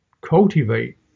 cultivate